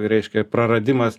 reiškia praradimas